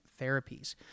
therapies